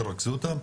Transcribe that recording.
תרכזו אותם.